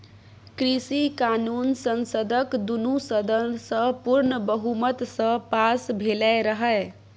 कृषि कानुन संसदक दुनु सदन सँ पुर्ण बहुमत सँ पास भेलै रहय